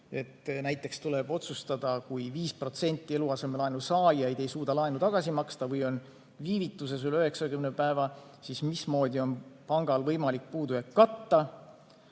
Näiteks tuleb otsustada, et kui 5% eluasemelaenu saajaid ei suuda laenu tagasi maksta või on viivituses üle 90 päeva, siis mismoodi on pangal võimalik puudujääki katta.